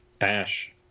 ash